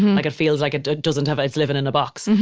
like it feels like it doesn't have a, it's living in a box.